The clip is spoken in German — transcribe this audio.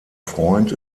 freund